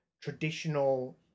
traditional